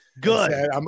Good